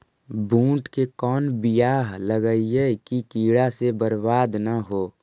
बुंट के कौन बियाह लगइयै कि कीड़ा से बरबाद न हो?